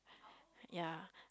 ya